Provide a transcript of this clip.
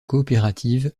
coopérative